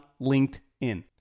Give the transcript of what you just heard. LinkedIn